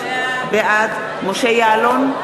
בעד משה יעלון,